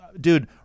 dude